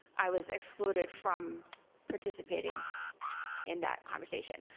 i was excluded from participating in that conversation.